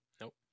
Nope